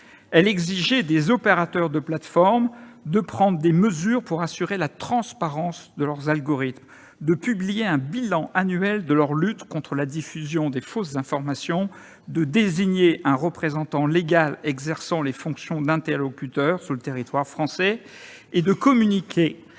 Elle exigeait des opérateurs de plateforme de prendre des mesures pour assurer la transparence de leurs algorithmes, de publier un bilan annuel de leur lutte contre la diffusion des fausses informations, de désigner un représentant légal exerçant les fonctions d'interlocuteur référent sur le territoire français et de communiquer